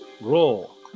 Roll